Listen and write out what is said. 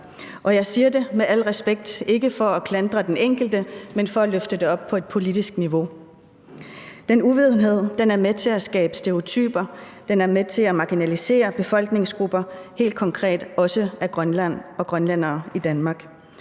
Jeg siger det med al respekt og ikke for at klandre den enkelte, men for at løfte det op på et politisk niveau. Den uvidenhed er med til at skabe stereotyper, og den er med til at marginalisere befolkningsgrupper – helt konkret også Grønland og grønlændere i Danmark.